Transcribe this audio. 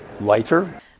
lighter